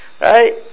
Right